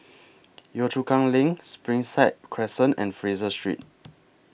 Yio Chu Kang LINK Springside Crescent and Fraser Street